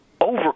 over